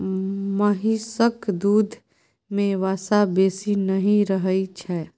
महिषक दूध में वसा बेसी नहि रहइ छै